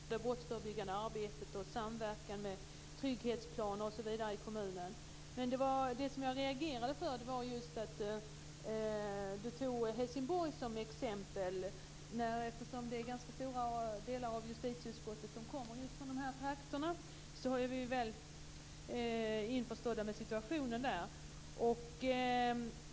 Fru talman! Det var intressant att lyssna på Morgan Johanssons redovisning när det gäller det brottsförebyggande arbetet och samverkan med trygghetsplaner osv. i kommunen. Men det som jag reagerade på var att han tog Helsingborg som exempel. Eftersom ganska många i justitieutskottet kommer just från dessa trakter är vi väl införstådda med situationen där.